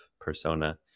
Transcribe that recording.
persona